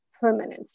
permanently